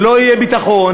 ולא יהיה ביטחון,